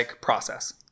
process